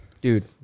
dude